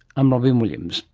i'm robyn williams